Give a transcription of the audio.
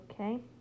Okay